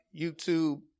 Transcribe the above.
YouTube